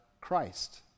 Christ